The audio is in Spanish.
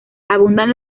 abundan